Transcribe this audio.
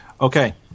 Okay